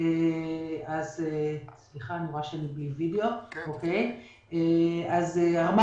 זה אומר בינוי, רכש והרבה